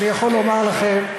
אני יכול לומר לכם,